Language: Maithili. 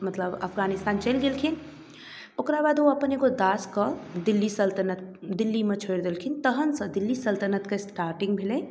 मतलब आफगानिस्तान चलि गेलखिन ओकरा बाद ओ अपन एगो दासके दिल्ली सल्तनत दिल्लीमे छोड़ि देलखिन तहनसँ दिल्ली सल्तनतके स्टार्टिंग भेलै